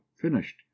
finished